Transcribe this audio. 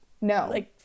No